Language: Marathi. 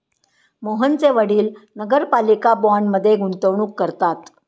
मोहनचे वडील नगरपालिका बाँडमध्ये गुंतवणूक करतात